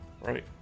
Right